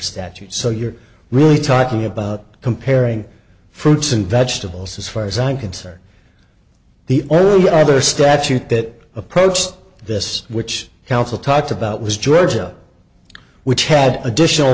statute so you're really talking about comparing fruits and vegetables as far as i'm concerned the early either statute that approached this which council talked about was georgia which had additional